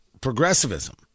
progressivism